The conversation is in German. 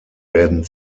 werden